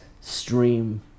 stream